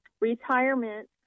retirement